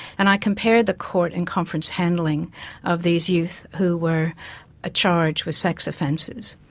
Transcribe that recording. and i compared the court and conference handling of these youth who were ah charged with sex offences.